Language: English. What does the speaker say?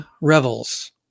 Revels